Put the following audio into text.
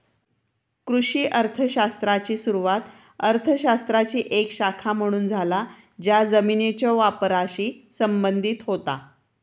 कृषी अर्थ शास्त्राची सुरुवात अर्थ शास्त्राची एक शाखा म्हणून झाला ज्या जमिनीच्यो वापराशी संबंधित होता